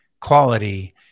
quality